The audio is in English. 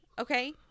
okay